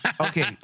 Okay